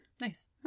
Nice